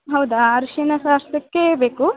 ಹೌದಾ ಅರ್ಶಿಣ ಶಾಸ್ತ್ರಕ್ಕೆ ಬೇಕು